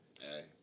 Hey